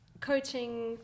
coaching